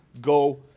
go